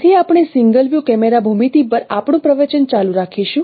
તેથી આપણે single view camera ભૂમિતિ પર આપણું પ્રવચન ચાલુ રાખીશું